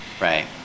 Right